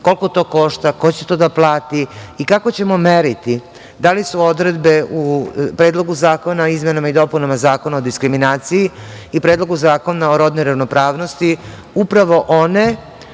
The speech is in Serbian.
koliko to košta, ko će to da plati i kako ćemo meriti da li su odredbe u Predlogu zakona o izmenama i dopunama Zakona o diskriminaciji i Predlogu Zakona o rodnoj ravnopravnosti upravo one